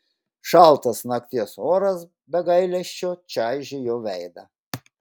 šaltas nakties oras be gailesčio čaižė jo veidą